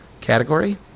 category